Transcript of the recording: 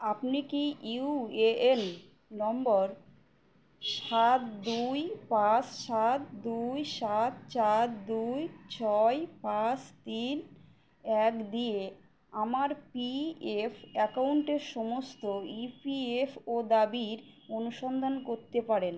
আপনি কি U A N নম্বর সাত দুই পাঁচ সাত দুই সাত চার দুই ছয় পাঁচ তিন এক দিয়ে আমার পি এফ অ্যাকাউন্টের সমস্ত ই পি এফ ও দাবির অনুসন্ধান করতে পারেন